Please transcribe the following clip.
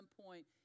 point